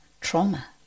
trauma